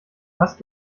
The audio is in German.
hast